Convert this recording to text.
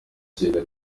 cyenda